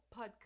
podcast